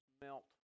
melt